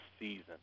season